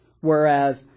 Whereas